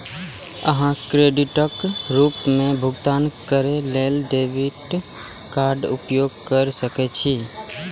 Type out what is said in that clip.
अहां क्रेडिटक रूप मे भुगतान करै लेल डेबिट कार्डक उपयोग कैर सकै छी